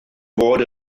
fod